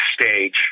stage